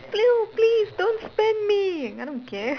plu~ please don't spend me I don't care